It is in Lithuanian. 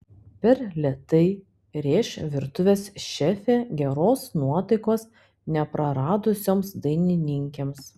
per lėtai rėš virtuvės šefė geros nuotaikos nepraradusioms dainininkėms